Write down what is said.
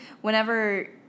whenever